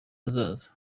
hazaza